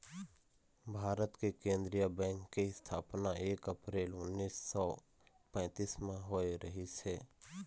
भारत के केंद्रीय बेंक के इस्थापना एक अपरेल उन्नीस सौ पैतीस म होए रहिस हे